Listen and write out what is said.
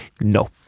No